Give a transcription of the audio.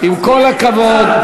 הכנסת כהן, אל,